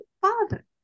Father